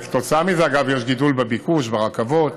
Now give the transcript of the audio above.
כתוצאה מזה, אגב, יש גידול בביקוש, ברכבות